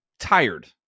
tired